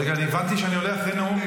רגע, אני הבנתי שאני הולך לנאום,